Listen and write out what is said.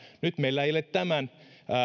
nyt meillä ei ole tämän